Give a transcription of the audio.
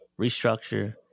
restructure